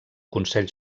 consell